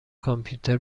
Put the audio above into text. کامپیوتر